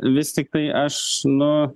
vis tiktai aš nu